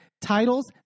titles